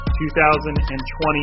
2020